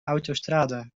autostrade